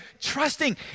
trusting